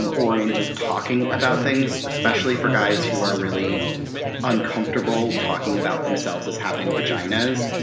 um or in just talking about things, especially for guys who are really uncomfortable talking about themselves as having vaginas!